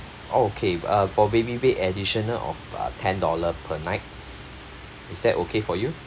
okay uh for baby bed additional of uh ten dollar per night is that okay for you